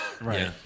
Right